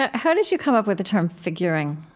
ah how did you come up with the term figuring?